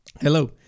Hello